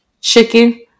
chicken